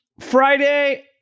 Friday